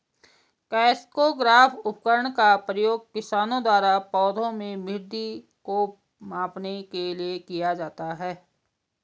crescograph उपकरण का उपयोग किसानों द्वारा पौधों में वृद्धि को मापने के लिए किया जाता है